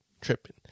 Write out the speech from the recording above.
tripping